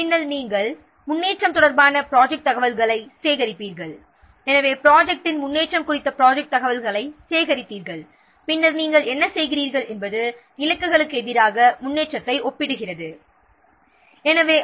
பின்னர் நாம் ப்ராஜெக்ட்டின் முன்னேற்றம் தொடர்பான தகவல்களைச் சேகரிக்கிறோம் பிறகு ப்ராஜெக்ட்டின் முன்னேற்றம் குறித்த ப்ராஜெக்ட்த் தகவல்களைச் சேகரித்து பின்னர் அதை இலக்குகளுக்கு எதிராக முன்னேற்றத்துடன் ஒப்பிடுகிறோம்